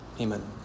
Amen